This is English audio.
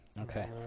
Okay